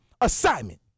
assignment